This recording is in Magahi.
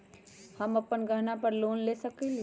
हम अपन गहना पर लोन ले सकील?